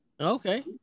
Okay